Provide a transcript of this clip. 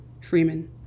Freeman